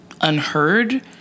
unheard